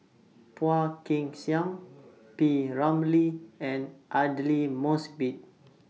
Phua Kin Siang P Ramlee and Aidli Mosbit